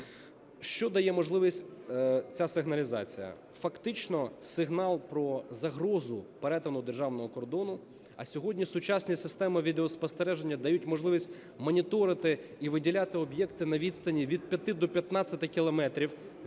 Що дає можливість ця сигналізація? Фактично сигнал про загрозу перетину державного кордону, а сьогодні сучасні системи відеоспостереження дають можливість моніторити і виділяти об'єкти на відстані від п'яти до п'ятнадцяти кілометрів від